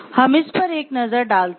हम इस पर एक नजर डालते हैं